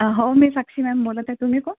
हो मी साक्षी मॅम बोलत आहे तुम्ही कोण